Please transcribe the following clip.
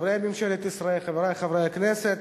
חברי ממשלת ישראל, חברי חברי הכנסת,